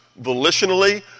volitionally